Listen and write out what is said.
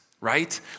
right